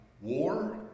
War